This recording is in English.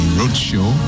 roadshow